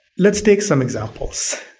let's take some examples,